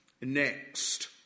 next